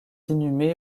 inhumé